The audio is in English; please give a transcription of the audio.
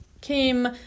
came